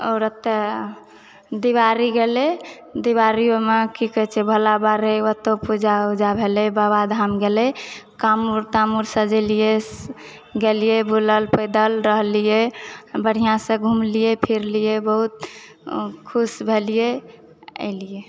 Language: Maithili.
आओर ओतए दीवारी गेलै दीवारियोमे की कहै छै भोला बाबा रहै ओतौ पूजा उजा भेलै बाबाधाम गेलै कामर तामर सजेलिऐ गेलिऐ बूलल पैदल रहलिऐ बढ़िआँसँ घुमलिऐ फिरलिऐ बहुत खुश भेलिऐ एलिऐ